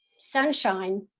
sunshine,